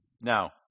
Now